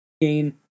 gain